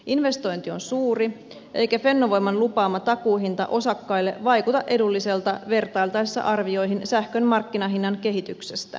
investointi on suuri eikä fennovoiman lupaama takuuhinta osakkaille vaikuta edulliselta vertailtaessa arvioihin sähkön markkinahinnan kehityksestä